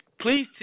Please